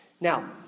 Now